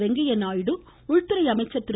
வெங்கய்ய நாயுடு உள்துறை அமைச்சர் திரு